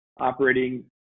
operating